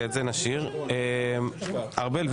ארבל,